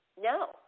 No